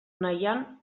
nahian